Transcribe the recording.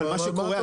אבל מה שקורה,